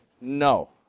No